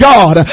God